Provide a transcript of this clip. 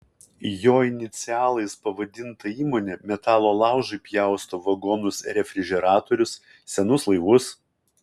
jo inicialais pavadinta įmonė metalo laužui pjausto vagonus refrižeratorius senus laivus